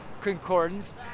concordance